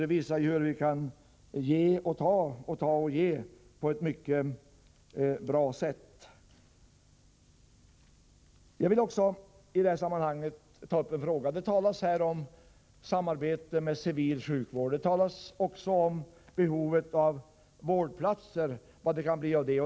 Det visar hur vi kan ge och ta på ett mycket bra sätt. Jag vill också i det här sammanhanget ta upp en annan fråga. Det talas om samarbete med civil sjukvård. Det talas också om behovet av vårdplatser och om vad problemen härvidlag kan leda till.